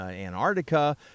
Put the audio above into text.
Antarctica